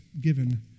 given